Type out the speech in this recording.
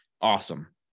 Awesome